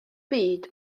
byd